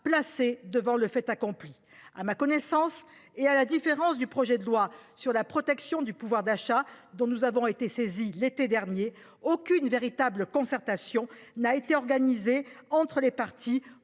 placés devant le fait accompli. À ma connaissance, et à la différence du projet de loi portant mesures d'urgence pour la protection du pouvoir d'achat, dont nous avons été saisis l'été dernier, aucune véritable concertation n'a été organisée entre les parties